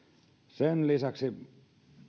sen lisäksi